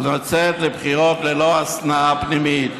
לצאת לבחירות ללא השנאה פנימית,